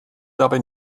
dabei